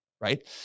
right